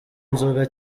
inzoga